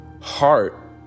heart